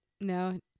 No